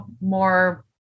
more